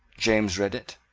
james read it,